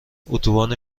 اتوبان